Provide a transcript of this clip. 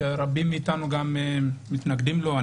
שמתנגדים וטוענים